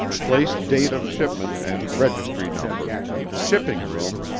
place date of shipment and registry number shipping room,